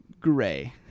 gray